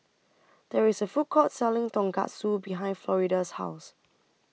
There IS A Food Court Selling Tonkatsu behind Florida's House